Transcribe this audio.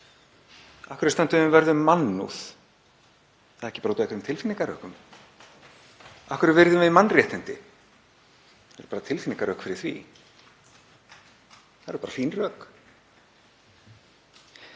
Af hverju stöndum við vörð um mannúð? Er það ekki bara út af einhverjum tilfinningarökum? Af hverju virðum við mannréttindi? Það eru bara tilfinningarök fyrir því. Það eru bara fín rök.